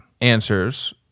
answers